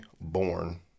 born